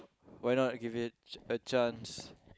why not give it a chance